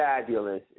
fabulous